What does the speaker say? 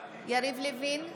יריב לוין,